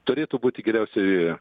turėtų būti geriausiai